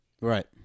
Right